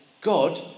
God